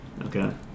Okay